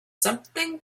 something